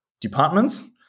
departments